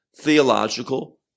theological